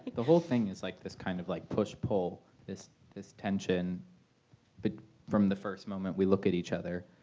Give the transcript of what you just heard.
the whole thing is like this kind of like push-pull this this tension but from the first moment we look at each other